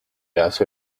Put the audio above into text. hace